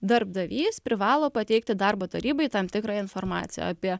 darbdavys privalo pateikti darbo tarybai tam tikrą informaciją apie